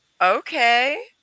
okay